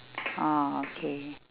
orh okay